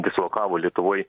dislokavo lietuvoj